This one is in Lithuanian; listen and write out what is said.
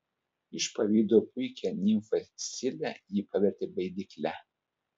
iš pavydo puikią nimfą scilę ji pavertė baidykle